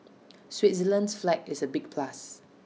Switzerland's flag is A big plus